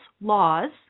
laws